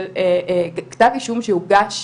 של כתב אישום שהוגש,